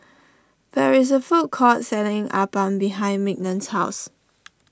there is a food court selling Appam behind Mignon's house